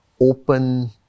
open